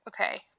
okay